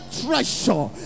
treasure